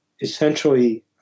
essentially